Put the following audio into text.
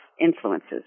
influences